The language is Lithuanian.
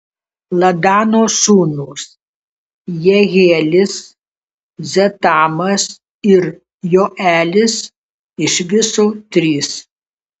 ladano sūnūs jehielis zetamas ir joelis iš viso trys